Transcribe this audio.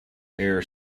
air